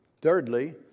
Thirdly